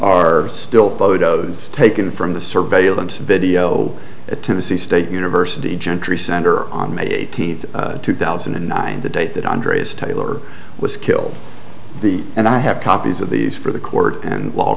are still photos taken from the surveillance video at tennessee state university gentry center on may eighteenth two thousand and nine the date that andres taylor was killed the and i have copies of these for the court and law